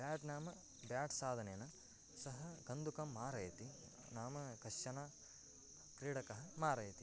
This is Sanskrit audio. ब्याट् नाम ब्याट् साधनेन सः कन्दुकं मारयति नाम कश्चन क्रीडकः मारयति